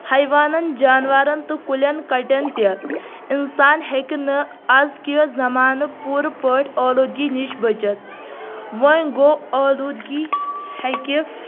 حیوانن جانوارَن تہٕ کُلٮ۪ن کَٹٮ۪ن تہِ اِنسان ہیٚکہِ نہٕ آزکہِ زمانہٕ پوٗرٕ پٲٹھۍ اولوٗدگی نِش بٔچِتھ وۄنۍ گوٚو اولوٗدگی ہیٚکہِ